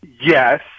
Yes